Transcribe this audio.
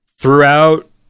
throughout